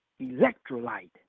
electrolyte